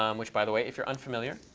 um which by the way if you're unfamiliar